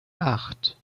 acht